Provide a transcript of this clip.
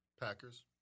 Packers